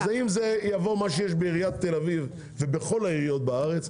אם זה כמו שמתנהל בעיריית תל-אביב ובכל העיריות בארץ,